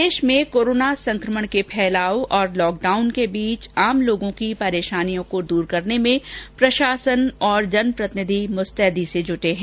प्रदेश में कोरोना संक्रमण के फैलाव और लॉक डाउन के बीच आम लोगों की परेशानियों को दूर करने में प्रशासन और जन प्रतिनिधि मुस्तैदी से जुटे हैं